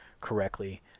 correctly